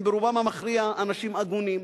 הם ברובם המכריע אנשים הגונים,